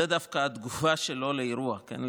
זה דווקא התגובה שלו לאירוע, כן?